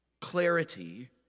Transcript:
clarity